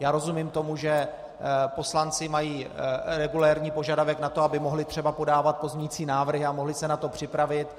Já rozumím tomu, že poslanci mají regulérní požadavek na to, aby mohli třeba podávat pozměňující návrhy a mohli se na to připravit.